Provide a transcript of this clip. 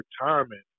retirement